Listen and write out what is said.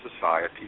society